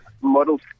Model